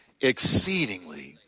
Exceedingly